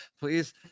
please